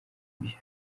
byo